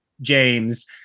James